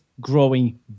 growing